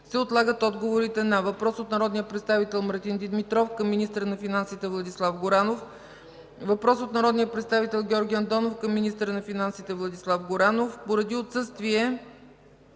се отлагат отговорите на: - въпрос от народния представител Мартин Димитров към министъра финансите Владислав Горанов; - въпрос от народния представител Георги Андонов към министъра финансите Владислав Горанов. Поради отсъствие